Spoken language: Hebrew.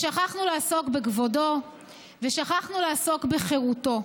שכחנו לעסוק בכבודו ושכחנו לעסוק בחירותו.